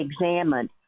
examined